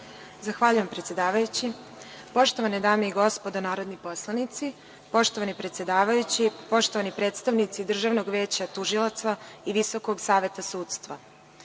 Zahvaljujem, predsedavajući. Poštovane dame i gospodo narodni poslanici, poštovani predsedavajući, poštovani predstavnici Državnog veća tužilaca i Visokog saveta sudstva,